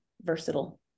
versatile